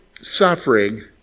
suffering